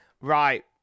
Right